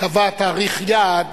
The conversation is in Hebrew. קבע תאריך יעד,